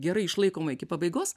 gerai išlaikoma iki pabaigos